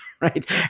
right